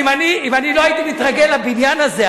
אם אני לא הייתי מתרגל לבניין הזה,